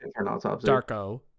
Darko